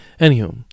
anywho